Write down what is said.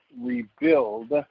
rebuild